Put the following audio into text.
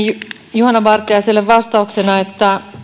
juhana vartiaiselle vastauksena että